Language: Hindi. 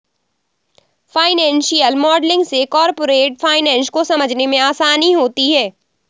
फाइनेंशियल मॉडलिंग से कॉरपोरेट फाइनेंस को समझने में आसानी होती है